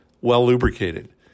well-lubricated